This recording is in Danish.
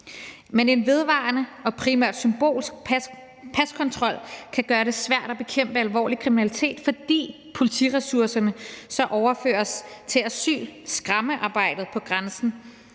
Men en vedvarende og primært symbolsk paskontrol kan gøre det svært at bekæmpe alvorlig kriminalitet, fordi politiressourcerne så overføres til asylskræmmearbejdet på grænsen